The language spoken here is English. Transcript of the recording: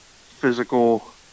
physical